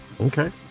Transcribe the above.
Okay